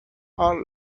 all